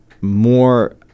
more –